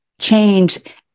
change